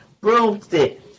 broomstick